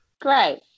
Great